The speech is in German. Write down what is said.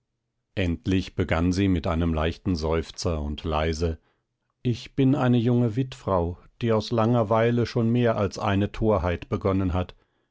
endlich begann sie mit einem leichten seufzer und leise ich bin eine junge witfrau die aus langer weile schon mehr als eine torheit begonnen hat